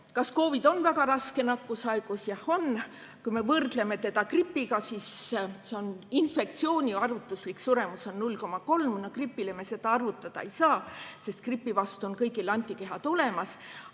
Kas COVID on väga raske nakkushaigus? Jah on. Kui me võrdleme seda gripiga, siis infektsiooni arvutuslik suremus on 0,3. Gripil me seda arvutada ei saa, sest gripi vastu on kõigil antikehad olemas.